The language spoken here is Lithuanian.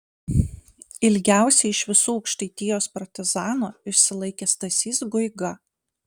ilgiausiai iš visų aukštaitijos partizanų išsilaikė stasys guiga